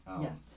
yes